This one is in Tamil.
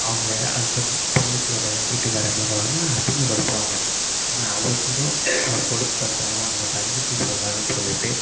அவங்க ஹஸ்பண்ட் தங்கச்சிவோட வீட்டுக்கார் என்ன பண்ணுவாருன்னா அசிங்கப்படுத்துவாங்க ஆனால் அதை கூட அவர் பொருட்படுத்தாம அவங்க தங்கச்சி சொல்லுறாங்கன்னு சொல்லிவிட்டு